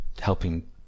helping